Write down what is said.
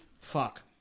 Fuck